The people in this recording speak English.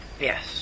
Yes